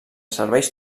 serveis